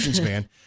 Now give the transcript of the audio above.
man